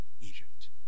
Egypt